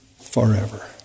forever